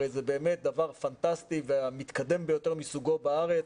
הרי זה באמת דבר פנטסטי והמתקדם ביותר מסוגו בארץ,